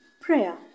prayer